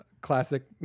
classic